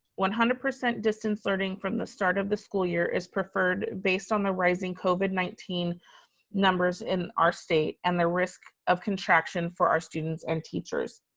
one hundred percent distance learning from the start of the school year is preferred based on the rising covid nineteen numbers in our state and the risk of contraction for our students and teachers.